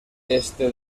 este